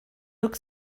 look